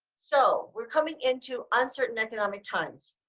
so we're coming into uncertain economic times,